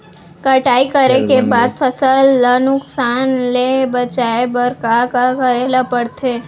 कटाई करे के बाद फसल ल नुकसान ले बचाये बर का का करे ल पड़थे?